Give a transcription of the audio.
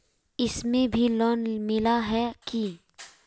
इसमें भी लोन मिला है की